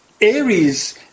Aries